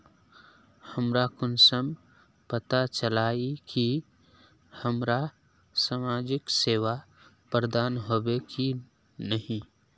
हमरा कुंसम पता चला इ की हमरा समाजिक सेवा प्रदान होबे की नहीं?